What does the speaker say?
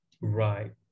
Right